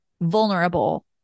vulnerable